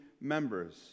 members